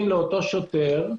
לאותו שוטר,